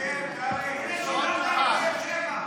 תתרגל, קרעי, יש עוד, בבאר שבע.